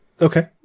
Okay